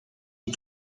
het